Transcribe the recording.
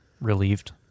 relieved